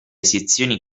sezioni